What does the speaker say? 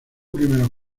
primeros